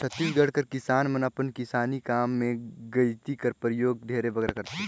छत्तीसगढ़ कर किसान मन अपन किसानी काम मे गइती कर परियोग ढेरे बगरा करथे